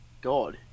God